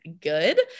good